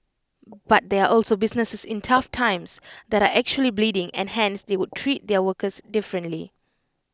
but there are also businesses in tough times that are actually bleeding and hence they would treat their workers differently